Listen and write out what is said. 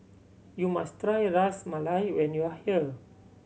you must try Ras Malai when you are here